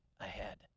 ahead